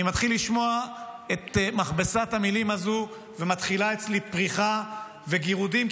אני מתחיל לשמוע את מכבסת המילים הזו ומתחילה אצלי פריחה וגירודים,